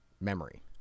memory